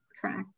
correct